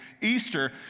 Easter